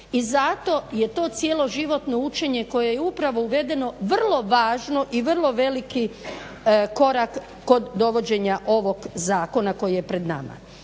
i zato je to cjeloživotno učenje koje je upravo uvedeno vrlo važno i vrlo veliki korak kod dovođenja ovog zakona koji je pred nama.